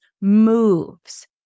moves